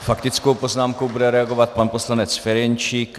S faktickou poznámkou bude reagovat pan poslanec Ferjenčík.